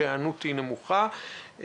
שההיענות נמוכה.